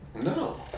No